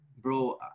bro